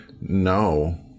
no